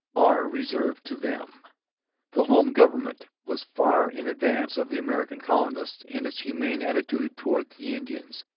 are reserved to them the home government was far in advance of the american colonists in its humane attitude towards the indians.